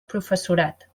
professorat